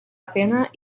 atena